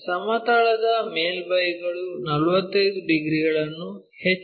ಸಮತಲದ ಮೇಲ್ಮೈಗಳು 45 ಡಿಗ್ರಿಗಳನ್ನು ಎಚ್